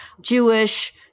Jewish